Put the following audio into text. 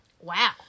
Wow